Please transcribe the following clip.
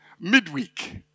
Midweek